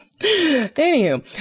anywho